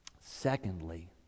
Secondly